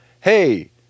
hey